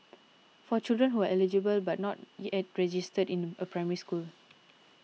for children who are eligible but not yet registered in a Primary School